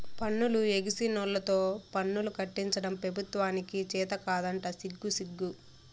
పన్నులు ఎగేసినోల్లతో పన్నులు కట్టించడం పెబుత్వానికి చేతకాదంట సిగ్గుసిగ్గు